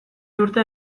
urte